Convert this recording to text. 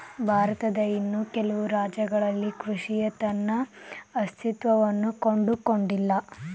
ಭಾರತದ ಇನ್ನೂ ಕೆಲವು ರಾಜ್ಯಗಳಲ್ಲಿ ಕೃಷಿಯ ತನ್ನ ಅಸ್ತಿತ್ವವನ್ನು ಕಂಡುಕೊಂಡಿಲ್ಲ